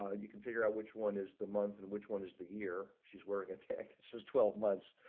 ah you can figure out which one is the month in which one is the year, she's were intact says twelve months.